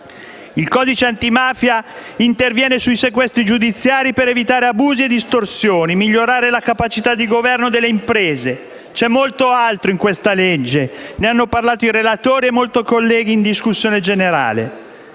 Il codice antimafia interviene sui sequestri giudiziari per evitare abusi e distorsioni, migliorare la capacità di governo delle imprese. C'è molto altro in questo disegno di legge. Ne hanno parlato i relatori e molti colleghi in discussione generale.